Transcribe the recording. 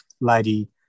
lady